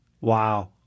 Wow